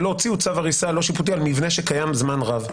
ולא הוציאו צו הריסה לא שיפוטי על מבנה שקיים זמן רב,